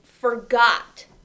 forgot